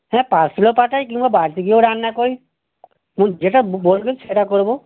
হ্যাঁ পার্সেলও পাটাই কিংবা বাড়িতে গিয়েও রান্না করি হুঁ যেটা বলবেন সেটা করব